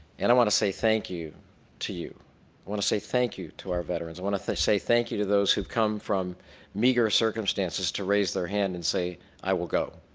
and i want to say thank you to you. i want to say thank you to our veterans. i want to say say thank you to those who have come from meager circumstances to raise their hand and say i will go.